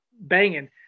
banging